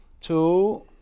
two